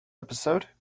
episode